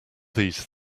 these